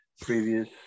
previous